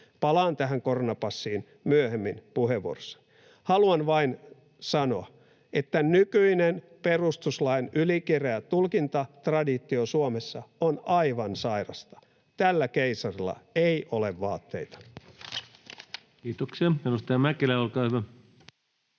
Palaan tähän koronapassiin myöhemmin puheenvuorossa. Haluan vain sanoa, että nykyinen perustuslain ylikireä tulkintatraditio Suomessa on aivan sairasta. Tällä keisarilla ei ole vaatteita. [Speech 233] Speaker: Ensimmäinen